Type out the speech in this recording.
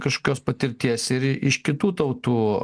kažkokios patirties ir iš kitų tautų